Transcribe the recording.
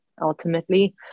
ultimately